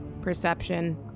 perception